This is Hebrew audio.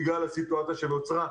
בגלל הסיטואציה שנוצרה.